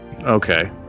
Okay